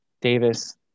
Davis